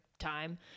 time